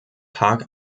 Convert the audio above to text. park